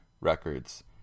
records